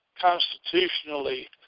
constitutionally